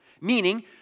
Meaning